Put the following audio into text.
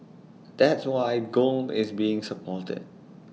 that's why gold is being supported